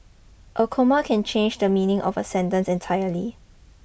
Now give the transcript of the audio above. a comma can change the meaning of a sentence entirely